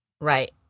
Right